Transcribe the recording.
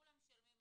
כולם משלמים מחיר.